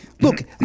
look